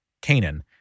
Canaan